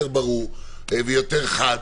יותר ברור ויותר חד,